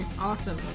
Awesome